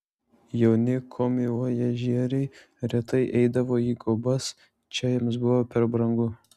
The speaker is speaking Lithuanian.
jauni komivojažieriai retai eidavo į guobas čia jiems buvo per brangu